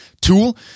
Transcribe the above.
tool